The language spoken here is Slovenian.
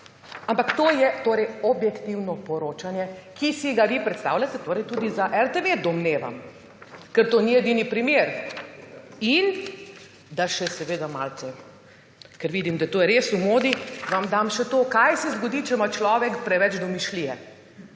Ampak to je torej objektivno poročanje, ki si ga vi predstavljate tudi za RTV, domnevam, ker to ni edini primer. In še malce, ker vidim, da je to res v modi, vam dam še to, kaj se zgodi, če ima človek preveč domišljije.